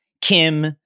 Kim